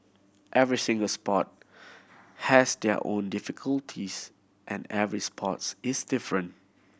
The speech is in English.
every single sport has their own difficulties and every sports its different